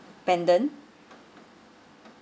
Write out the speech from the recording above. pendant